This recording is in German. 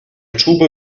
tube